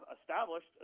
established